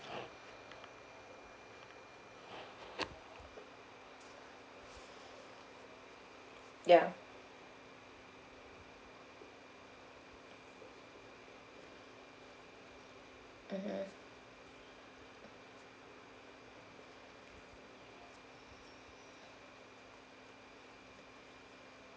ya mmhmm